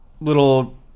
little